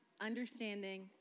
understanding